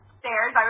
stairs